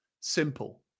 Simple